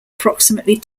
approximately